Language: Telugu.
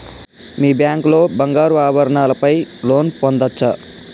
మీ బ్యాంక్ లో బంగారు ఆభరణాల పై లోన్ పొందచ్చా?